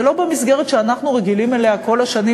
וזה לא במסגרת שאנחנו רגילים אליה כל השנים,